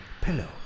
pillow